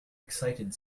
excited